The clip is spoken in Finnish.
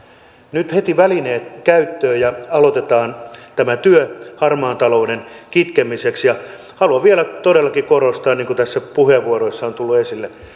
nyt heti välineet käyttöön ja aloitetaan tämä työ harmaan talouden kitkemiseksi haluan vielä todellakin korostaa niin kuin tässä puheenvuoroissa on tullut esille